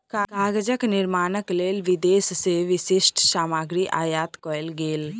कागजक निर्माणक लेल विदेश से विशिष्ठ सामग्री आयात कएल गेल